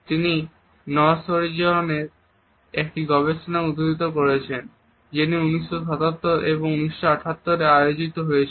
তিনি নওস্জিরওয়ানের একটি গবেষণাও উদ্ধৃত করেছেন যেটি 1977 এবং 1978 সালে আয়োজিত হয়েছিল